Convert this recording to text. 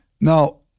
Now